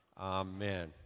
amen